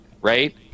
Right